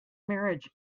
marriage